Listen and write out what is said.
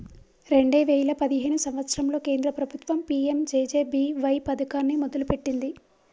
రెండే వేయిల పదిహేను సంవత్సరంలో కేంద్ర ప్రభుత్వం పీ.యం.జే.జే.బీ.వై పథకాన్ని మొదలుపెట్టింది